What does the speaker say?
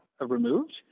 removed